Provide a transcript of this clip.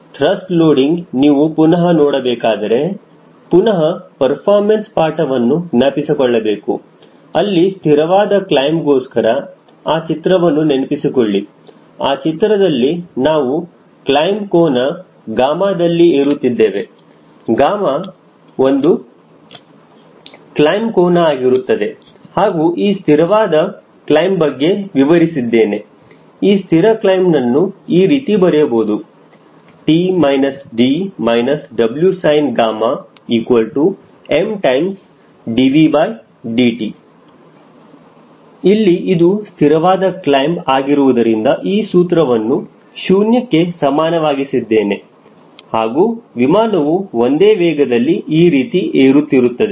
thrust loading ನೀವು ಪುನಹ ನೋಡಬೇಕಾದರೆ ಪುನಹ ಪರ್ಫಾರ್ಮೆನ್ಸ್ ಪಾಠವನ್ನು ಜ್ಞಾಪಿಸಿಕೊಳ್ಳಬೇಕು ಅಲ್ಲಿ ಸ್ಥಿರವಾದ ಕ್ಲೈಮ್ ಗೋಸ್ಕರ ಆ ಚಿತ್ರವನ್ನು ನೆನಪಿಸಿಕೊಳ್ಳಿ ಆ ಚಿತ್ರದಲ್ಲಿ ನಾವು ಈ ಕ್ಲೈಮ್ ಕೋನ ಗಾಮ ದಲ್ಲಿ ಏರುತ್ತಿದ್ದೇವೆ ಗಾಮ ಒಂದು ಕ್ಲೈಮ್ ಕೋನ ಆಗಿರುತ್ತದೆ ಹಾಗೂ ಈ ಸ್ಥಿರವಾದ ಕ್ಲೈಮ್ ಬಗ್ಗೆ ವಿವರಿಸಿದ್ದೇನೆ ಈ ಸ್ಥಿರ ಕ್ಲೈಮ್ನನ್ನು ಈ ರೀತಿ ಬರೆಯಬಹುದು T D WsinmdVdt ಇಲ್ಲಿ ಇದು ಸ್ಥಿರವಾದ ಕ್ಲೈಮ್ ಆಗಿರುವುದರಿಂದ ಈ ಸೂತ್ರವನ್ನು ಶೂನ್ಯಕ್ಕೆ ಸಮಾನವಾಗಿಸಿದ್ದೇನೆ ಹಾಗೂ ವಿಮಾನವು ಒಂದೇ ವೇಗದಲ್ಲಿ ಈ ರೀತಿ ಎರುತಿರುತ್ತದೆ